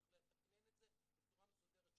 צריך לתקנן את זה בצורה מסודרת,